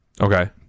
Okay